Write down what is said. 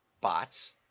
bots